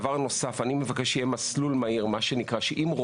דבר נוסף, אני מבקש שיהיה מסלול מהיר כאשר רועה